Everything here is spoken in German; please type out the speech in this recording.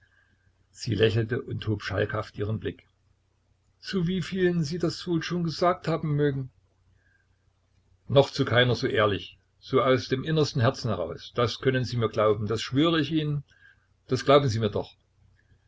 sie lächelte und hob schalkhaft ihren blick zu wievielen sie das wohl schon gesagt haben mögen noch zu keiner so ehrlich so aus dem innersten herzen heraus das können sie mir glauben das schwöre ich ihnen das glauben sie mir doch